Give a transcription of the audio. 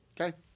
Okay